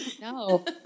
No